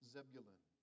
Zebulun